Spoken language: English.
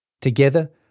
Together